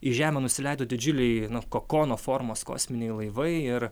į žemę nusileido didžiuliai kokono formos kosminiai laivai ir